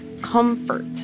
comfort